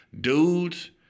dudes